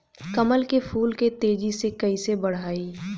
कमल के फूल के तेजी से कइसे बढ़ाई?